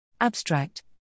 Abstract